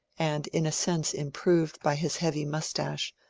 and in a sense improved by his heavy moustache,